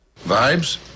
Vibes